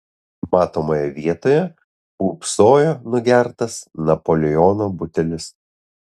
matomoje vietoj pūpsojo nugertas napoleono butelis